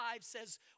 says